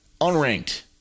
unranked